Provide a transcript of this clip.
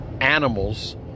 animals